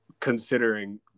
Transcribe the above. considering